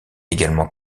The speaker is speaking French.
également